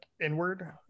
inward